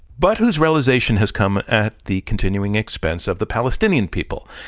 but whose realization has come at the continuing expense of the palestinian people.